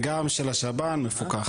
גם של כללית וגם של השב"ן מפוקח.